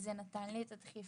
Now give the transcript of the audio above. שזה נתן לי את הדחיפה.